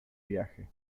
viaje